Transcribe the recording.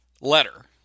letter